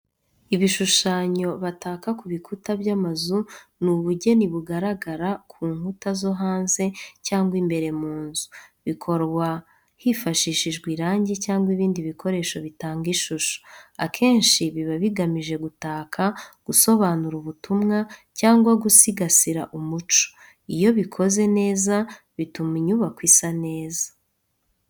Ibishushanyo bataka kubikuta by'amazu ni ubugeni bugaragara ku nkuta zo hanze cyangwa imbere mu nzu, bukorwa hifashishijwe irangi cyangwa ibindi bikoresho bitanga ishusho. Akenshi biba bigamije gutaka, gusobanura ubutumwa, cyangwa gusigasira umuco. Iyo bikoze neza, bituma inyubako isa neza.